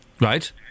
Right